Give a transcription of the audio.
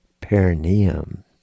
perineum